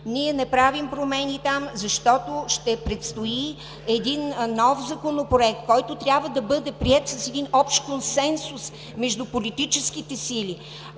ние не правим промени там, защото ще предстои един нов Законопроект, който трябва да бъде приет с един общ консенсус между политическите сили.